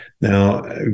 Now